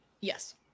Yes